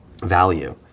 value